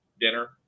dinner